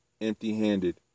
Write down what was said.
empty-handed